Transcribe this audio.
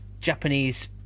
Japanese